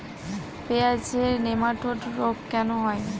পেঁয়াজের নেমাটোড রোগ কেন হয়?